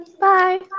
Bye